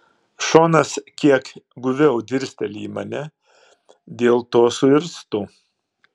šonas kiek guviau dirsteli į mane dėl to suirztu